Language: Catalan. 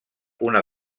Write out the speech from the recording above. una